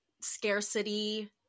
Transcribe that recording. scarcity